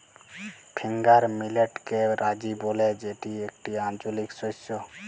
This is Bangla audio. ফিঙ্গার মিলেটকে রাজি ব্যলে যেটি একটি আঞ্চলিক শস্য